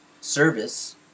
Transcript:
service